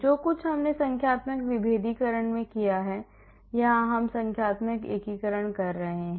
जो कुछ हमने संख्यात्मक विभेदीकरण में किया है यहाँ हम संख्यात्मक एकीकरण कर रहे हैं